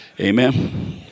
Amen